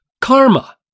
karma